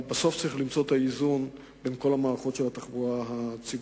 בסופו של דבר צריך למצוא את האיזון בין כל המערכות של התחבורה הציבורית.